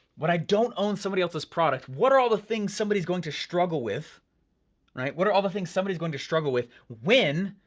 when i don't own somebody else's product, what are all the things somebody's going to struggle with? all right, what are all the things somebody's going to struggle with when